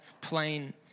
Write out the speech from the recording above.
plain